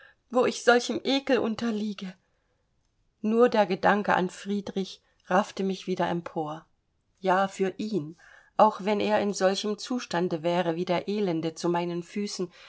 wo ich solchem ekel unterliege nur der gedanke an friedrich raffte mich wieder empor ja für ihn auch wenn er in solchem zustande wäre wie der elende zu meinen füßen